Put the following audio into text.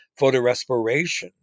photorespiration